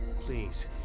Please